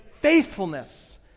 faithfulness